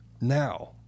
Now